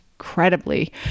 incredibly